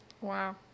Wow